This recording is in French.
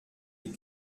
des